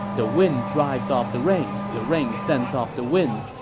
the wind drives off the rain, the rain sends off the wind.